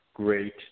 Great